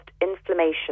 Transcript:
inflammation